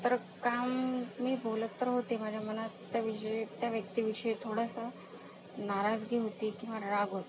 तर काम मी बोलत तर होते माझ्या मनात त्या विषयी त्या व्यक्तीविषयी थोडंसं नाराजगी होती किंवा राग होतं